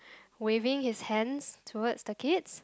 waving his hands towards the kids